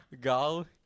Gal